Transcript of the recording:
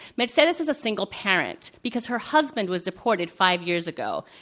mercedes is a single parent because her husband was deported five years ago,